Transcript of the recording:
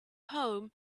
home